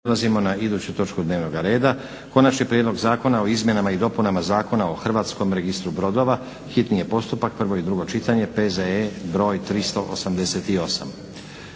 Prelazimo na iduću točku dnevnoga reda. - Konačni prijedlog Zakona o izmjenama i dopunama Zakona o Hrvatskom registru brodova, hitni postupak, prvo i drugo čitanje, P.Z.E. br. 388;